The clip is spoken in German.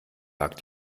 lag